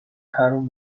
حروم